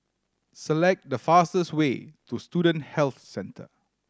select the fastest way to Student Health Centre